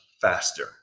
faster